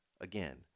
again